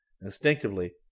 Instinctively